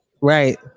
Right